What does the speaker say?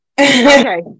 Okay